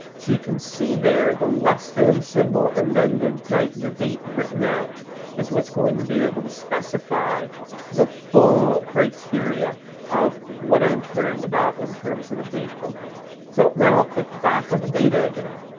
can see there the less than symbol and then the date the date written out is what's going to be able to specify the full criteria of what i'm caring about in terms of the date opened. so now i'll click back on the data again.